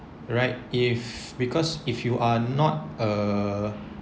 right if because if you are not a